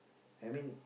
I mean